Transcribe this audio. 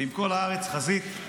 ואם כל הארץ חזית,